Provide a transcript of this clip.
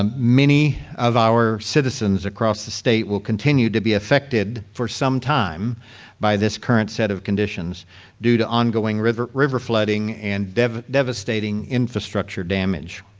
um many of our citizens across the state will continue to be affected for some time by this current set of conditions due to ongoing river river flooding and devastating infrastructure damage.